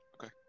Okay